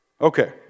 Okay